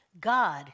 God